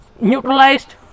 neutralized